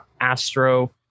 astro